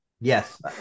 Yes